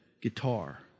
guitar